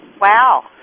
Wow